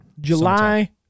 July